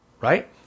right